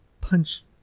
punch